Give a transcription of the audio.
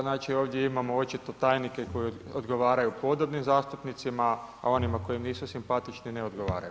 Znači ovdje imamo očito tajnike koji odgovaraju podobnim zastupnicima, a onima koji nisu simpatični ne odgovaraju.